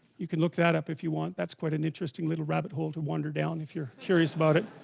you can look that up if you want that's quite an interesting little rabbit hole to wander down if you're curious about it